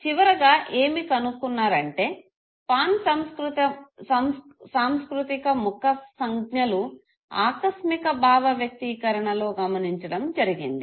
చివరగా ఏమి కనుకున్నారంటే పాన్ సంస్కృతిక ముఖ సంజ్ఞలు ఆకస్మిక భావవ్యక్తీకరణలో గమనించడం జరిగింది